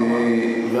אבל